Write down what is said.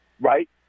right